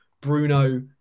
Bruno